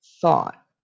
thought